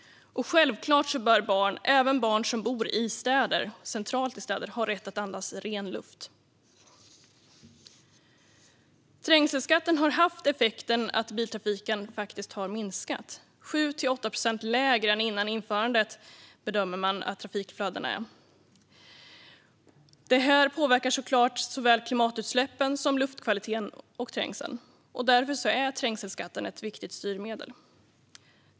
Självklart bör även barn som bor centralt i städer ha rätt att andas ren luft. Trängselskatten har haft effekten att biltrafiken faktiskt har minskat. Man bedömer att trafikflödena är 7-8 procent lägre än före införandet. Det här påverkar såklart såväl klimatutsläppen som luftkvaliteten och trängseln. Därför är trängselskatten ett viktigt styrmedel.